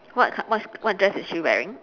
what what what dress is she wearing